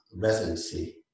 residency